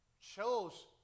Shows